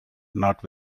not